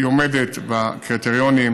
היא עומדת בקריטריונים.